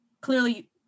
clearly